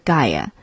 Gaia